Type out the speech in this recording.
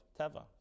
teva